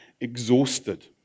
exhausted